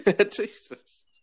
Jesus